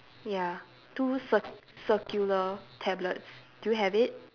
ya two cir~ circular tablets do you have it